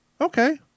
Okay